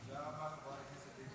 תודה, אדוני